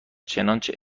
چنانچه